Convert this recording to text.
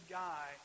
guy